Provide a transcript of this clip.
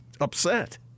upset